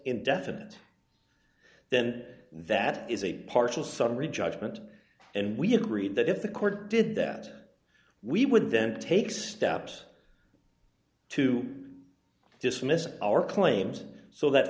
indefinite then that is a partial summary judgment and we agreed that if the court did that we would then take steps to dismiss our claims so that